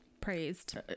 praised